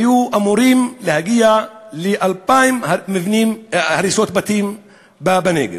היו אמורים להגיע ל-2,000 הריסות בתים בנגב.